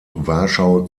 warschau